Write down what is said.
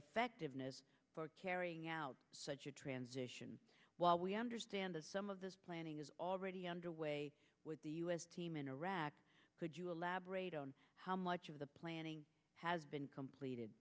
effectiveness for carrying out such a transition while we understand that some of this planning is already underway with the u s team in iraq could you elaborate on how much of the planning has been completed